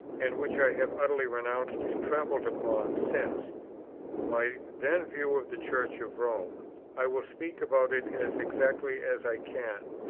and which i have utterly renounced and trampled upon since my then view of the church of rome i will speak about it as exactly as i can.